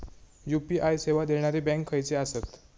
UPI सेवा देणारे bank खयचे आसत?